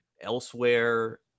elsewhere